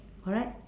alright